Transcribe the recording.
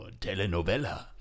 telenovela